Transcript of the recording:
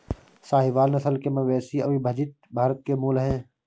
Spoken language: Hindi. साहीवाल नस्ल के मवेशी अविभजित भारत के मूल हैं